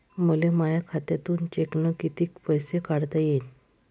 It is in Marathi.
मले माया खात्यातून चेकनं कितीक पैसे काढता येईन?